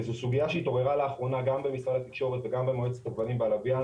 זו סוגיה שהתעוררה לאחרונה גם במשרד התקשורת וגם במועצת הכבלים בלוויין